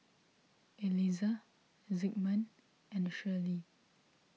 Eliza Zigmund and Shirley